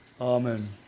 Amen